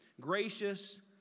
Gracious